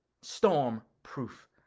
storm-proof